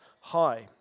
High